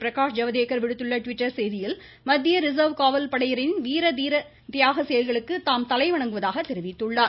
பிரகாஷ் ஜவ்டேகர் விடுத்துள்ள ட்விட்டர் செய்தியில் மத்திய ரிசர்வ் காவல்படையினரின் வீர தீர தியாக செயல்களுக்கு தாம் தலைவணங்குவதாக தெரிவித்துள்ளார்